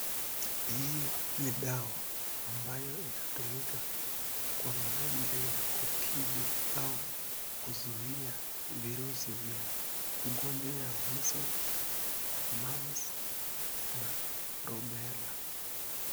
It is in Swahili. Hii ni dawa. Ambayo inatumika kwa minajili ya kutibu au kuzuia virusi vya ugonjwa ya measles , mumps na rubella .